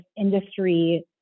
industry